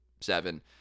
seven